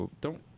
don't-